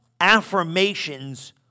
affirmations